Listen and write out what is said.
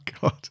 God